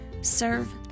serve